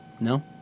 no